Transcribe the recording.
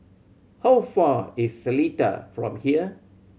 how far is Seletar from here